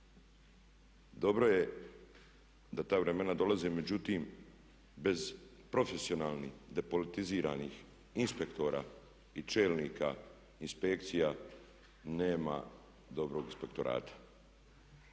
Dobro je da ta vremena dolaze, međutim bez profesionalnih depolitiziranih inspektora i čelnika inspekcija nema dobrog inspektorata.